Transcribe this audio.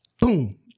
boom